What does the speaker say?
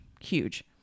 Huge